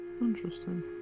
Interesting